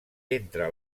entre